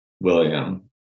William